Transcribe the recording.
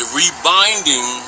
rebinding